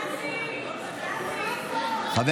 בעד טלי גוטליב, בעד